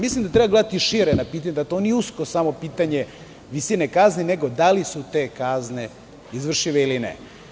Mislim da treba gledati šire na pitanje, da to nije usko samo pitanje visine kazni, nego da li su te kazne izvršive ili ne.